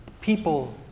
People